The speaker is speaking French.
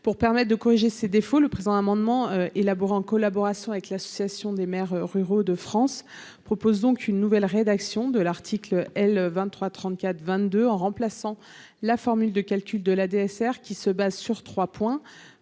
pour permettent de corriger ses défauts, le présent amendement élaboré en collaboration avec l'association des maires ruraux de France propose donc une nouvelle rédaction de l'article L 23 34 22 ans, remplaçant la formule de calcul de la DSR qui se base sur 3 points